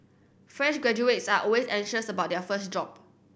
fresh graduates are always anxious about their first job